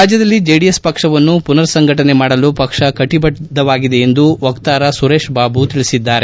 ರಾಜ್ಯದಲ್ಲಿ ಜೆಡಿಎಸ್ಪಕ್ಷವನ್ನು ಪುನರ್ ಸಂಘಟನೆ ಮಾಡಲು ಪಕ್ಷ ಕಟ್ಟಿಬದ್ದವಾಗಿದೆ ಎಂದು ವಕ್ತಾರ ಸುರೇಶ್ಬಾಬು ಹೇಳಿದ್ದಾರೆ